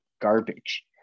garbage